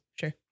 Sure